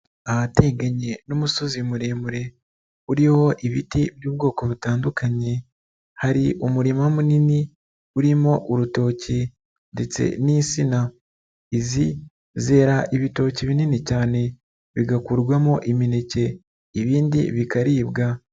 Ahateganye n'umusozi muremure uriho ibiti by'ubwoko butandukanye, hari umurima munini urimo urutoki ndetse n'insina, izi zera ibitoki binini cyane bigakurwamo imineke ibindi bikaribwa.